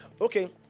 Okay